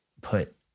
put